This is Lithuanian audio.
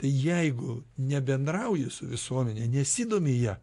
tai jeigu nebendrauja su visuomene nesidomi ja